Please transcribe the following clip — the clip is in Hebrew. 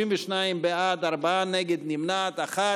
32 בעד, ארבעה נגד, נמנעת אחת.